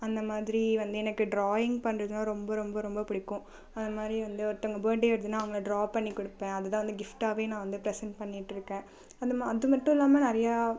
அந்த மாதிரி வந்து எனக்கு ட்ராயிங் பண்றதுனால் ரொம்ப ரொம்ப ரொம்ப பிடிக்கும் அந்த மாதிரி வந்து ஒருத்தங்க பேர்த் டே வருதுனால் அவங்களை ட்ரா பண்ணிக் கொடுப்பேன் அதுதான் வந்து கிஃப்ட்டாகவே நான் வந்து ப்ரெசன்ட் பண்ணிகிட்டுருக்கேன் அந்த மா அது மட்டும் இல்லாமல் நிறையா